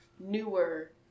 Newer